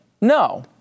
No